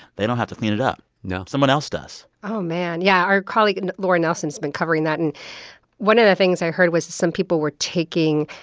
they don't have to clean it up no someone else does oh, man. yeah. our colleague and laura nelson's been covering that. and one of the things i heard was some people were taking,